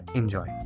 enjoy